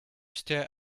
stare